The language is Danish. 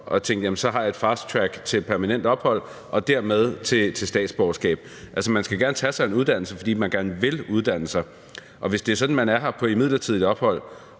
man tænker, at så har man et fast track til permanent ophold og dermed til statsborgerskab. Altså, man skulle gerne tage sig en uddannelse, fordi man gerne vil uddanne sig. Og hvis det er sådan, at man er her på et midlertidig ophold